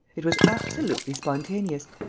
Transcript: it was absolutely spontaneous!